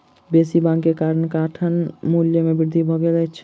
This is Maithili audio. बेसी मांग के कारण काठक मूल्य में वृद्धि भ गेल अछि